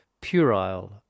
puerile